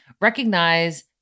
recognize